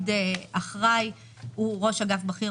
לתפקיד הוא ראש אגף בכיר,